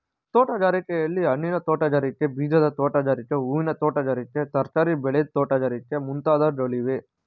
ತೋಟಗಾರಿಕೆಯಲ್ಲಿ, ಹಣ್ಣಿನ ತೋಟಗಾರಿಕೆ, ಬೀಜದ ತೋಟಗಾರಿಕೆ, ಹೂವಿನ ತೋಟಗಾರಿಕೆ, ತರಕಾರಿ ಬೆಳೆ ತೋಟಗಾರಿಕೆ ಮುಂತಾದವುಗಳಿವೆ